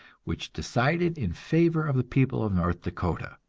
which decided in favor of the people of north dakota.